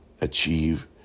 achieve